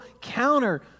counter